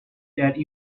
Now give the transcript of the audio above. that